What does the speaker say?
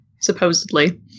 supposedly